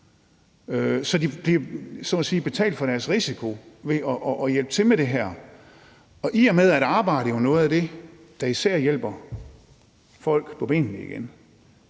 sige bliver betalt for deres risiko ved at hjælpe til med det her. I og med at arbejde jo er noget af det, der især hjælper folk på benene igen,